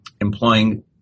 employing